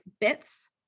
bits